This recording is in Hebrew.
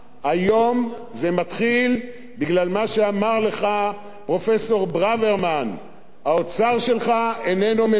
היום זה מתחיל בגלל מה שאמר לך פרופסור ברוורמן: האוצר שלך איננו מנוהל.